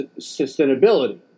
sustainability